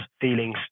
feelings